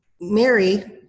Mary